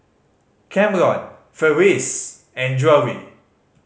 Kamron Farris and Drury